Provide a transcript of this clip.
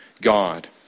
God